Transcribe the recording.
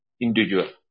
individual